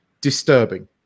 disturbing